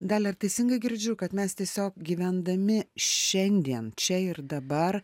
dalia ar teisingai girdžiu kad mes tiesiog gyvendami šiandien čia ir dabar